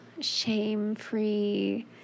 shame-free